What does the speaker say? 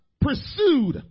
pursued